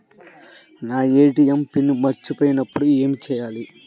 నా ATM PIN మరచిపోయినప్పుడు ఏమి చేయాలి?